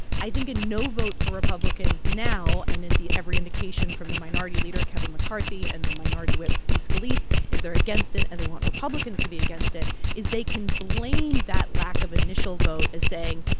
i think a no vote for republicans now and at the every indication from the minority leader, kevin mccarthy, and the minority whip, steve scalise, is they're against it and and they want republicans to be against it is they can blame that lack of initial vote as saying,